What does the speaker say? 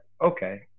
okay